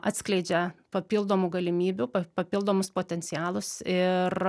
atskleidžia papildomų galimybių pa papildomus potencialus ir